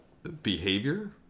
behavior